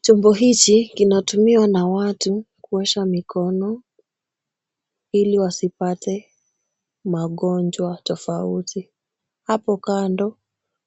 Chombo hiki kinatumiwa na watu kuosha mikono ili wasipate magonjwa tofauti. Hapo kando